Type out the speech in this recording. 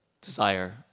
desire